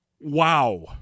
Wow